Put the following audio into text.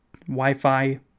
Wi-Fi